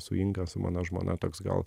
su inga su mano žmona toks gal